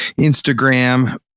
Instagram